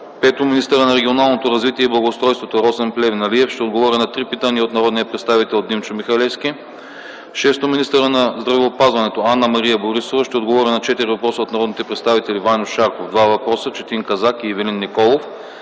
5. Министърът на регионалното развитие и благоустройството Росен Плевнелиев ще отговори на три питания от народния представител Димчо Михалевски. 6. Министърът на здравеопазването Анна-Мария Борисова ще отговори на четири въпроса от народните представители: Ваньо Шарков – 2 въпроса, Четин Казак и Ивелин Николов.